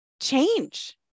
change